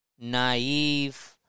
naive